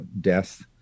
death